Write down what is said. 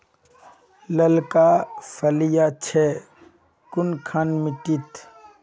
लालका फलिया छै कुनखान मिट्टी त?